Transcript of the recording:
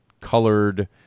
colored